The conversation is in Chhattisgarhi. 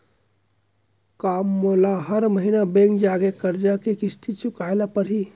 का मोला हर महीना बैंक जाके करजा के किस्ती चुकाए ल परहि?